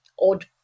odd